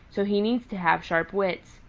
so he needs to have sharp wits.